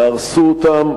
יהרסו אותם,